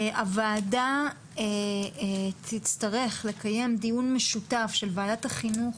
הועדה תצטרך לקיים דיון משותף של ועדת החינוך,